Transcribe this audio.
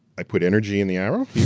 i put energy in the arrow